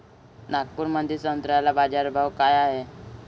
नागपुरामंदी संत्र्याले बाजारभाव काय हाय?